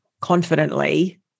confidently